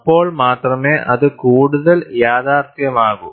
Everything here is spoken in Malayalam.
അപ്പോൾ മാത്രമേ അത് കൂടുതൽ യാഥാർത്ഥ്യമാകൂ